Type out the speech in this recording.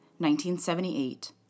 1978